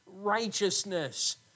righteousness